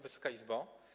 Wysoka Izbo!